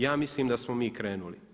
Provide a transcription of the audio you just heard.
Ja mislim da smo mi krenuli.